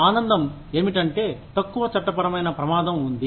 ఆనందం ఏమిటంటే తక్కువ చట్టపరమైన ప్రమాదం ఉంది